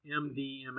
MDMA